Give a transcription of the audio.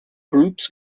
groups